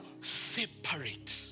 separate